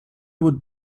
would